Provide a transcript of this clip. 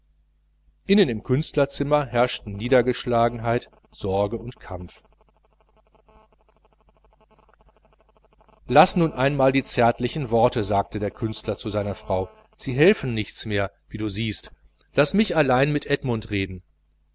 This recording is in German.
innen im künstlerzimmer herrschte niedergeschlagenheit sorge und kampf laß nun einmal die zärtlichen worte sagte der künstler zu seiner frau sie helfen nichts mehr wie du siehst laß mich allein mit edmund reden